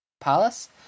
Palace